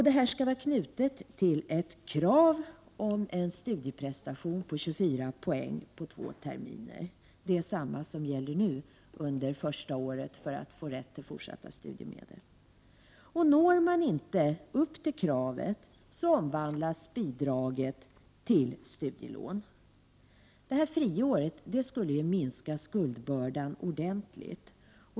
Detta skall vara knutet till ett krav på en studieprestation på 24 poäng under två terminer, vilket är detsamma som gäller nu under det första året för att den studerande skall få rätt till fortsatta studiemedel. Om den studerande inte uppfyller kravet omvandlas bidraget till studielån. Detta friår skulle minska skuldbördan ordentligt.